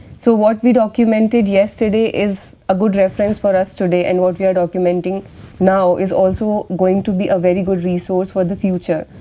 so, what we documented yesterday is a good reference for us today and what we are documenting now is also going to be a very good resource for the future,